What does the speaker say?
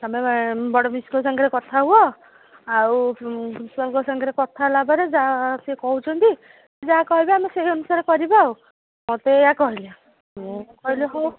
ତମେ ବଡ଼ ମିସ୍ଙ୍କ ସାଙ୍ଗରେ କଥା ହୁଅ ଆଉ ମିସ୍ଙ୍କ ସାଙ୍ଗରେ କଥା ହେଲାପରେ ଯାହା ସିଏ କହୁଛନ୍ତି ଯାହା କହିବେ ଆମେ ସେଇ ଅନୁସାରେ କରିବା ଆଉ ମୋତେ ଏଇଆ କହିଲେ ମୁଁ କହିଲି ହଉ